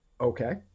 Okay